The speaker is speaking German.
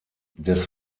des